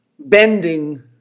bending